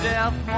Death